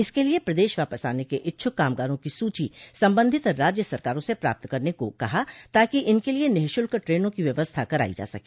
इसके लिए प्रदेश वापस आने के इच्छुक कामगारों की सूची सम्बन्धित राज्य सरकारों से प्राप्त करने को कहा ताकि इनके लिए निःशुल्क ट्रेनों की व्यवस्था कराई जा सके